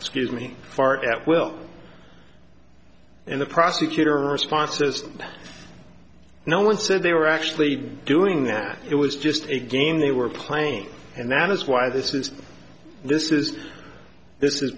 excuse me fart at will and the prosecutor response just no one said they were actually doing that it was just a game they were playing and that is why this is this is this is